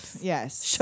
Yes